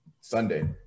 Sunday